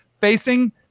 facing